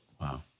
Wow